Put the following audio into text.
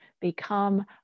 become